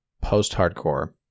post-hardcore